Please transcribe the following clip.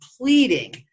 pleading